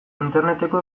interneteko